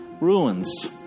ruins